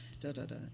Da-da-da